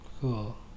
Cool